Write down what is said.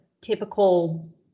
typical